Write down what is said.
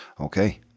Okay